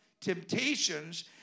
temptations